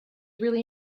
really